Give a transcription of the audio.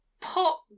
Pot